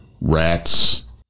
Rats